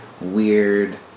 weird